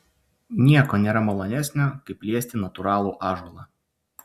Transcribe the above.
nieko nėra malonesnio kaip liesti natūralų ąžuolą